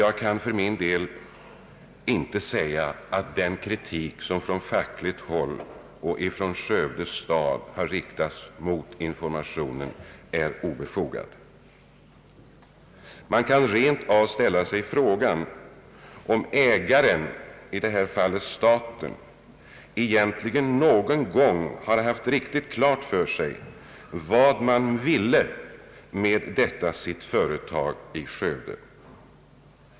Jag kan för min del inte säga att den kritik som har riktats mot informationen från fackligt håll och av Skövde stad är obefogad. Man kan rent av ställa frågan om ägaren — i detta fall staten — egentligen någon gång har haft riktigt klart för sig vad man ville med sitt företag i Skövde.